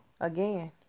Again